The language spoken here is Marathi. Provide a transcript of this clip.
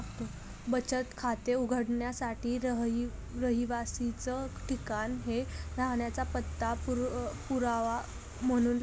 बचत खाते उघडण्यासाठी रहिवासाच ठिकाण हे राहण्याचा पत्ता पुरावा म्हणून लागतो